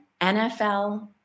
NFL